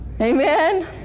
amen